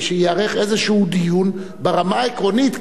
שייערך איזשהו דיון ברמה העקרונית,